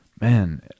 man